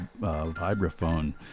vibraphone